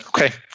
Okay